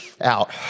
out